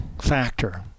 factor